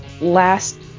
last